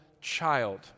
child